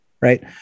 right